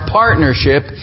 partnership